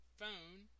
phone